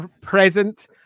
present